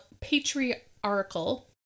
patriarchal